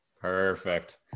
Perfect